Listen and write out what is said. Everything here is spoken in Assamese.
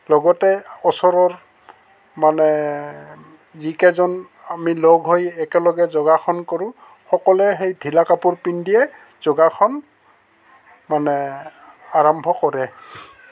লগতে ওচৰৰ মানে যিকেইজন আমি লগ হৈ একেলগে যোগাসন কৰোঁ সকলোৱে সেই ঢিলা কাপোৰ পিন্ধিয়ে যোগাসন মানে আৰম্ভ কৰে